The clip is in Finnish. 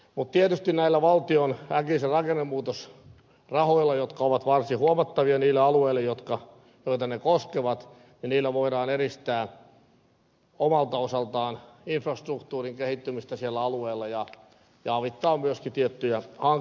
mutta tietysti näillä valtion äkillisen rakennemuutoksen rahoilla jotka ovat varsin huomattavia niille alueille joita ne koskevat voidaan edistää omalta osaltaan infrastruktuurin kehittymistä alueella ja myöskin avittaa tiettyjä hankkeita